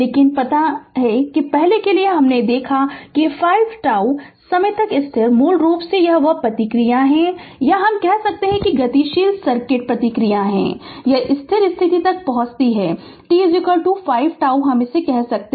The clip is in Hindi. लेकिन पता है कि पहले के लिए हमने देखा है कि 5 τ समय तक स्थिर मूल रूप से वह प्रतिक्रियाएं या हम कह सकते है कि गतिशील सर्किट प्रतिक्रियाएं यह स्थिर स्थिति तक पहुंचती है t 5 τ कहें